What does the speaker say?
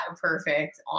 perfect